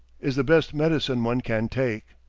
is the best medicine one can take.